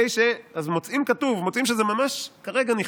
אז מוצאים כתוב, מוצאים שזה ממש כרגע נכתב.